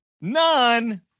none